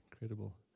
Incredible